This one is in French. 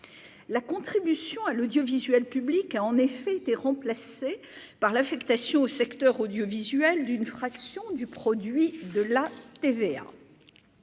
la contribution à l'audiovisuel public a en effet été remplacée par l'affectation au secteur audiovisuel d'une fraction du produit de la TVA,